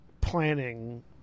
planning